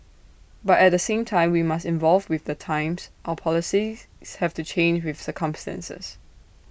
but at the same time we must evolve with the times our policies have to change with circumstances